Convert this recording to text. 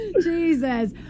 Jesus